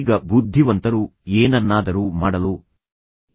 ಈಗ ಬುದ್ಧಿವಂತರು ಏನನ್ನಾದರೂ ಮಾಡಲು ಹೆದರುತ್ತಿದ್ದರೂ ಮೂರ್ಖ ಜನರು ಅದನ್ನು ಮಾಡುತ್ತಾರೆ